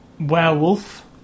Werewolf